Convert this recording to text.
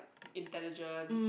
intelligent